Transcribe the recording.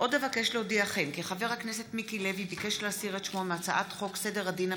הצעת חוק התגמולים